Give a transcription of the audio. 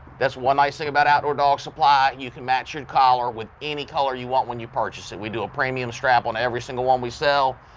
that's one nice thing about outdoor dog supply you can match your collar with any color you want when you purchase it. we do a premium strap on every single one we sell,